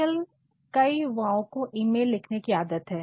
आजकल कई युवाओं को ईमेल लिखने की आदत है